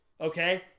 okay